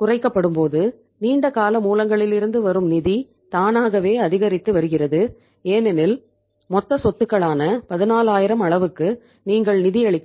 குறைக்கப்படும்போது நீண்ட கால மூலங்களிலிருந்து வரும் நிதி தானாகவே அதிகரித்து வருகிறது ஏனெனில் மொத்த சொத்துகளாக 14000 அளவுக்கு நீங்கள் நிதியளிக்க வேண்டும்